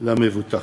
למבוטחים.